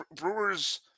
Brewers